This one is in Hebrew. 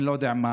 אני לא יודע מה.